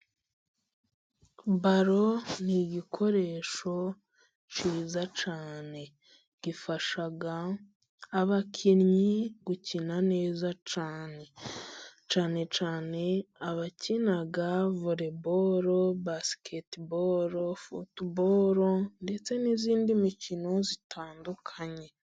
Balo ni igikoresho cyiza cyane gifasha abakinnyi gukina neza cyane , cyane cyane abakina volebolo , basiketibolo, futubolo ndetse n'indi mikino itandukanye.